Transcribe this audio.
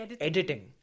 editing